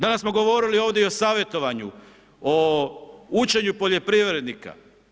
Danas smo govorili ovdje i o savjetovanju, o učenju poljoprivrednika.